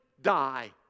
die